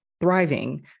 thriving